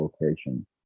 location